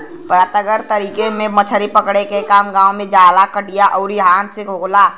परंपरागत तरीका में मछरी पकड़े के काम गांव में जाल, कटिया आउर हाथ से होला